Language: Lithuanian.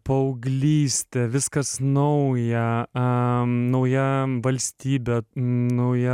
paauglystė viskas nauja a nauja valstybė nauja